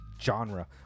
genre